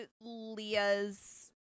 leah's